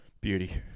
Beauty